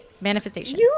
manifestation